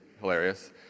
hilarious